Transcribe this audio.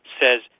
says